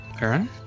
Aaron